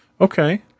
Okay